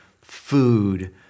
food